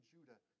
Judah